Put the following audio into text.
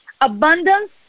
abundance